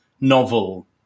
novel